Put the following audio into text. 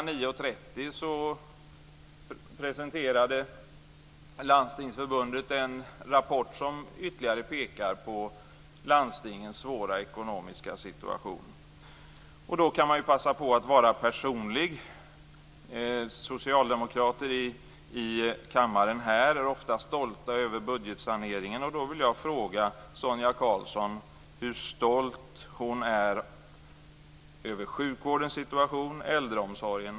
9.30 presenterade Landstingsförbundet en rapport som ytterligare pekar på landstingens svåra ekonomiska situation. Då kan man ju passa på att vara personlig. Socialdemokrater här i kammaren är ofta stolta över budgetsaneringen. Jag vill fråga Sonia Karlsson hur stolt hon är över situationen för sjukvården och äldreomsorgen.